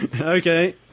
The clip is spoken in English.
Okay